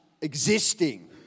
existing